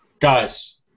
guys